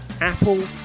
Apple